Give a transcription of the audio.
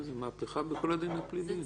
זו מהפכה בכל הדין הפלילי.